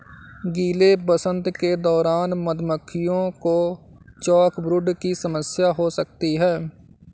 गीले वसंत के दौरान मधुमक्खियों को चॉकब्रूड की समस्या हो सकती है